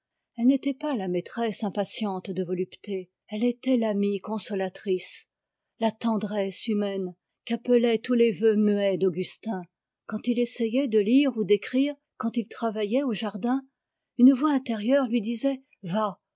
elle n'était pas la maîtresse impatiente de volupté elle était l'amie consolatrice la tendresse humaine qu'appelaient tous les vœux muets d'augustin quand il essayait de lire ou d'écrire quand il travaillait au jardin une voix intérieure lui disait va